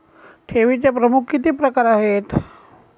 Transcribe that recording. ठेवीचे प्रमुख किती प्रकार आहेत?